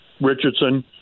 Richardson